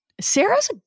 Sarah's